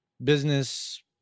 business